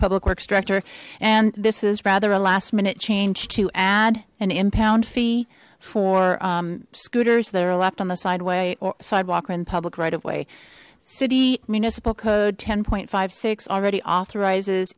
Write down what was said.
public works director and this is rather a last minute change to add an impound fee for scooters that are left on the side way or sidewalk or in public right of way city municipal code ten point five six already authorizes